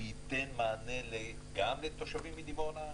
שייתן מענה גם לתושבים מדימונה,